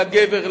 לגבר,